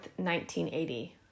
1980